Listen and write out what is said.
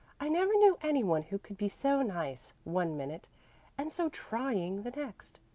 i never knew any one who could be so nice one minute and so trying the next.